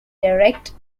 direct